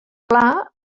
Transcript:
pla